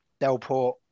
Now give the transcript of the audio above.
Delport